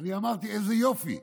ואני אמרתי: איזה יופי,